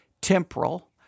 temporal